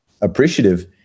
appreciative